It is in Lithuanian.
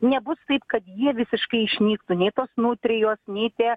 nebus taip kad jie visiškai išnyktų nei tos nutrijos nei tie